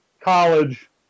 college